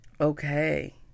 Okay